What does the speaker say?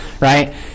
right